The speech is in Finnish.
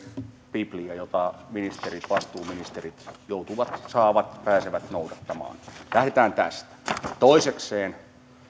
biblia jota vastuuministerit joutuvat saavat pääsevät noudattamaan lähdetään tästä toisekseen